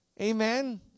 Amen